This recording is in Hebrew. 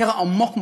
קרע עמוק מאוד,